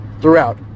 throughout